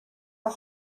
are